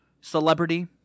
celebrity